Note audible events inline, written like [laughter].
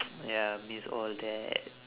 [noise] ya miss all that